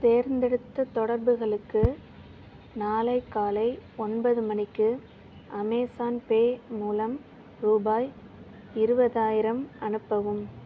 தேர்ந்தெடுத்த தொடர்புகளுக்கு நாளை காலை ஒன்பது மணிக்கு அமேஸான் பே மூலம் ரூபாய் இருபதாயிரம் அனுப்பவும்